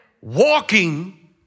Walking